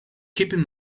keeping